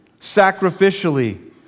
sacrificially